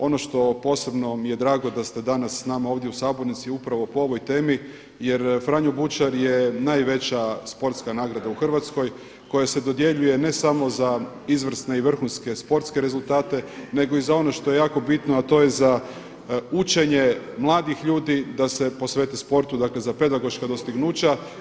Ono što posebno mi je drago da ste danas sa nama ovdje u sabornici upravo po ovoj temi jer Franjo Bučar je najveća sportska nagrada u Hrvatskoj koja se dodjeljuje ne samo za izvrsne i vrhunske sportske rezultate, nego i za ono što je jako bitno a to je za učenje mladih ljudi da se posvete sportu, dakle za pedagoška dostignuća.